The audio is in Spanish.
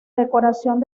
decoración